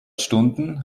stunden